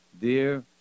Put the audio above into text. Dear